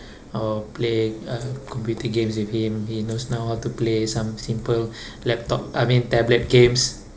or play uh computer games with him he knows now how to play some simple laptop I mean tablet games